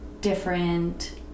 different